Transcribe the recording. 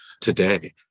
today